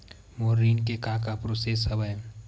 मोर ऋण के का का प्रोसेस हवय?